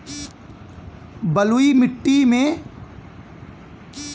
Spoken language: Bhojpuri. बलुई मिट्टी में कौन कौन फसल बढ़ियां होखेला?